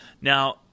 Now